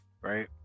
right